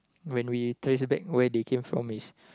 when we trace back where they came from is